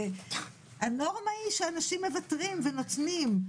הנורמה היא שאנשים מוותרים ונותנים,